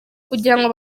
kugirango